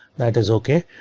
that is ok,